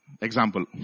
example